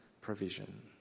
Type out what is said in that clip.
provision